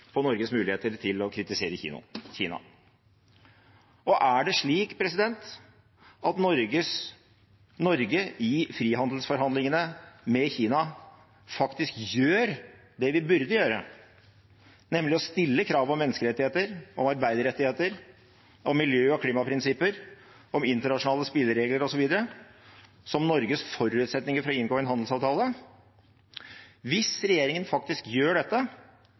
Norges muligheter til å kritisere Kina? Og er det slik at Norge i frihandelsforhandlingene med Kina faktisk gjør det vi burde gjøre, nemlig å stille krav om menneskerettigheter, om arbeiderrettigheter, om miljø- og klimaprinsipper, om internasjonale spilleregler osv. som Norges forutsetninger for å inngå en handelsavtale? Hvis regjeringen faktisk gjør dette,